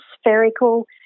spherical